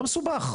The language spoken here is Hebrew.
לא מסובך.